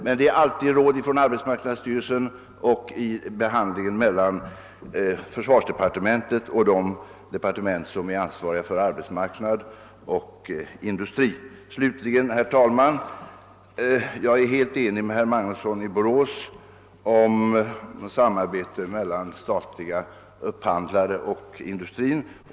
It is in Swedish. Men det sker alltid ett samråd mellan arbetsmarknadsstyrelsen och försvarsdepartementet och de departement som är ansvariga för arbetsmarknaden och industrin. Jag vill slutligen säga, herr talman, att jag är helt enig med herr Magnusson i Borås om att ett samarbete bör ske mellan statliga upphandlare och industrin.